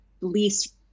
least